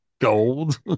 gold